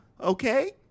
Okay